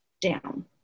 down